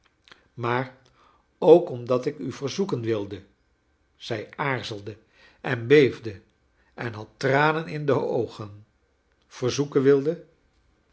maar ook omdat ik u verzoeken wilde zij aarzelde en beefde en had tranen in de oogen verzoeken wilde